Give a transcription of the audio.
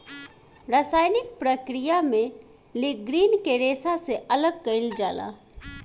रासायनिक प्रक्रिया में लीग्रीन के रेशा से अलग कईल जाला